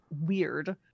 weird